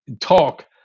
talk